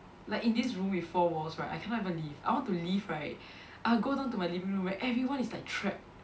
like in this room with four walls right I cannot even leave I want to leave right I'll go down to my living room where everyone is like trapped